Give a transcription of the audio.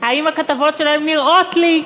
האם הכתבות שלהם נראות לי?